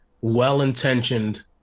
well-intentioned